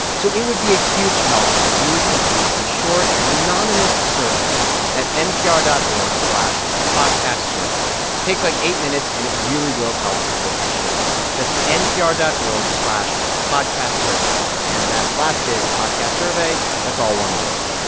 so it would be a huge help if you would complete a short and anonymous survey at npr dot org slash podcastsurvey. it takes, like, eight minutes, and it really will help support the show. that's npr dot org slash podcastsurvey. and that last bit podcastsurvey that's all one word.